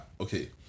okay